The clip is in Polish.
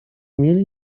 mieli